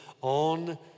on